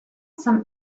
some